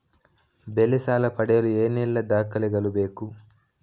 ಬೆಳೆ ಸಾಲ ಪಡೆಯಲು ಏನೆಲ್ಲಾ ದಾಖಲೆಗಳು ಬೇಕು?